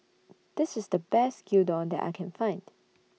This IS The Best Gyudon that I Can Find